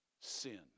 sin